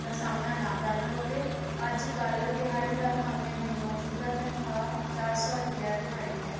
ਦਾ ਸਾਹਮਣਾ ਨਾ ਕਰਨਾ ਪਵੇ ਅੱਜ ਕੱਲ੍ਹ ਦਿਹਾੜੀਦਾਰ ਕਾਮਿਆਂ ਦੀ ਮੌਜੂਦਾ ਤਨਖਾਹ ਚਾਰ ਸੌ ਰੁਪਿਆ ਦਿਹਾੜੀ ਹੈ